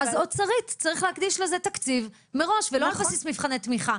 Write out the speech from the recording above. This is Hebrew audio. אז אוצרית צריך להקדיש לזה תקציב מראש ולא על בסיס מבחני תמיכה.